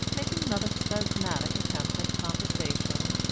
making another spasmodic attempt at conversation.